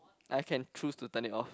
I can choose to turn it off